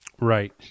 Right